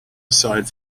aside